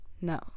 no